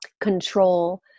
control